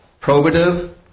probative